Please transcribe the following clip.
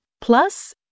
Plus